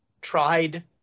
tried